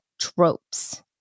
tropes